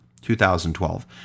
2012